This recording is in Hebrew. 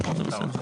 בסדר.